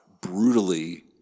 brutally